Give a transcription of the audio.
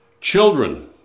Children